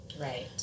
Right